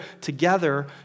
together